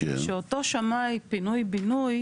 שאותו שמאי פינוי בינוי,